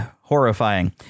horrifying